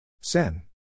Sen